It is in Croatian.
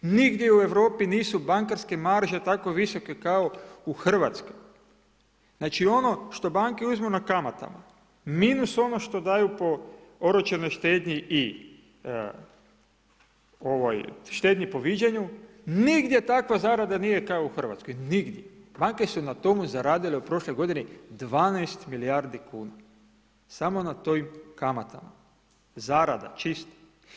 Nigdje u Europi nisu bankarska marže tako visoke kao u Hrvatskoj. znači ono što banke uzmu na kamatama, minus ono što daju po oročanoj štednji i štednji po viđenju, nigdje takva zarada nije kao u Hrvatskoj, nigdje, banke su na tomu zaradile u prošloj godini 12 milijardi kuna, samo na toj kamati, zarada čista.